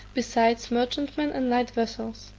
besides merchantmen and light vessels.